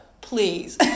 Please